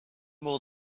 will